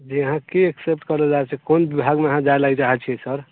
जी अहाँ की एक्सपेक्ट कयल छी कोन विभागमे अहाँ जाय लेल चाहैत छी सर